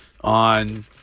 on